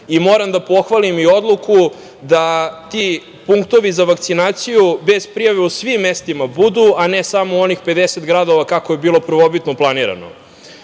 Moram da pohvalim i odluku da ti punktovi za vakcinaciju bez prijave u svim mestima budu, a ne samo u onih 50 gradova kako je bilo prvobitno planirano. Kada